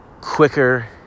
quicker